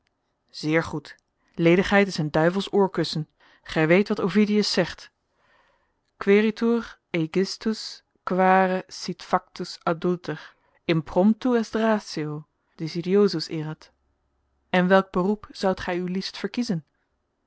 zeer goed ledigheid is een duivelsoorkussen gij weet wat ovidius zegt quaeritur aegisthus quare sit factus adulter in promptu est ratio desidiosus erat en welk beroep zoudt gij u liefst verkiezen